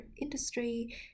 industry